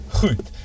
goed